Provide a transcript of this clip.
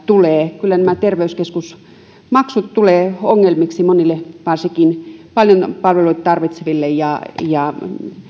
tulee kyllä nämä terveyskeskusmaksut tulevat ongelmiksi monille varsinkin paljon palveluita tarvitseville ja ja